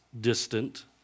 distant